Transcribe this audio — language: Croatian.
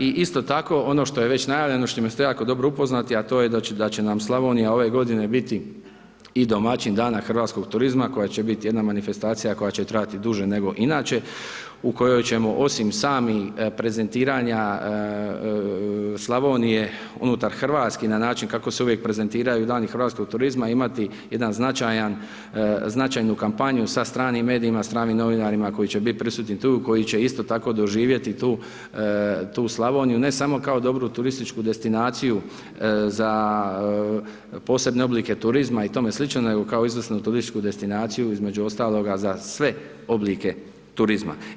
I isto tako ono što je već najavljeno, s čime ste jako dobro upoznati a to je da će nam Slavonija ove godine biti i domaćin dana hrvatskog turizma koja će biti jedna manifestacija koja će trajati duže nego inače u kojoj ćemo osim samih prezentiranja Slavonije unutar Hrvatske i na način kako se uvijek prezentiraju dani hrvatskog turizma imati jedan značajan, značajnu kampanju sa stranim medijima, stranim novinarima koji će biti prisutni tu, koji će isto tako doživjeti tu Slavoniju ne samo kao dobru turističku destinaciju za posebne oblike turizma nego kao izvrsnu turističku destinaciju, između ostaloga za sve oblike turizma.